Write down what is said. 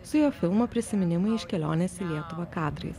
su jo filmo prisiminimai iš kelionės į lietuvą kadrais